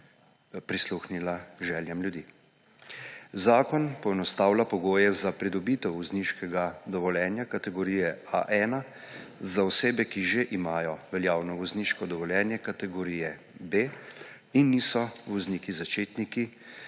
prisluhnila željam ljudi. Zakon poenostavlja pogoje za pridobitev vozniškega dovoljenja kategorije A1 za osebe, ki že imajo veljavno vozniško dovoljenje kategorije B in niso vozniki začetniki